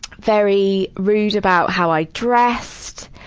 very rude about how i dressed,